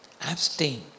Abstain